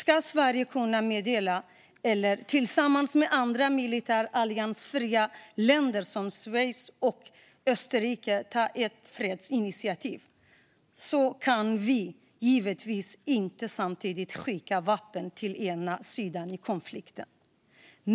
Om Sverige ska kunna medla eller tillsammans med andra militärt alliansfria länder som Schweiz och Österrike ta ett fredsinitiativ, kan vi givetvis inte samtidigt skicka vapen till den ena sidan i konflikten.